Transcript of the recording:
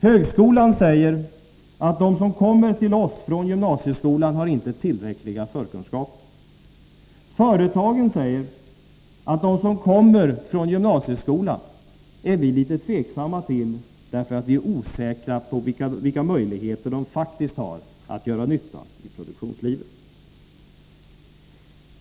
Högskolan säger: De som kommer till oss från gymnasieskolan har inte tillräckliga förkunskaper. Företagen säger: De som kommer från gymnasieskolan är vi litet tveksamma till, därför att vi är osäkra på vilka möjligheter de faktiskt har att göra nytta i produktionslivet.